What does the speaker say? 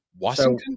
Washington